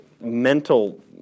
mental